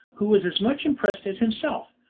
who was as much impressed as himself.